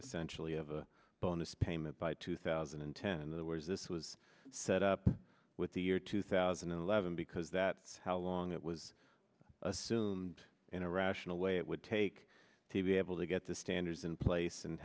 essentially of a bonus payment by two thousand and ten and there was this was set up with the year two thousand and eleven because that is how long it was assumed in a rational way it would take to be able to get the standards in place and